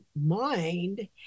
mind